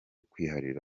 kwiharira